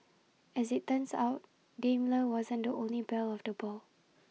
as IT turns out Daimler wasn't the only belle of the ball